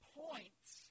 points